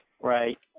Right